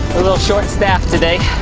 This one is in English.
a little short staffed today.